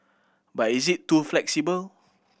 but is it too flexible